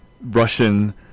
russian